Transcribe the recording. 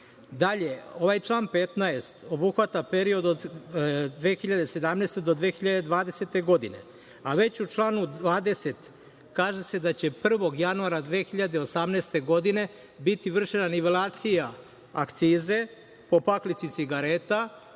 ovaj član 15. obuhvata period od 2017. do 2020. godine, a već u članu 20. kaže se da će 1. januara 2018. godine biti vršena nivelacija akcize po paklici cigareta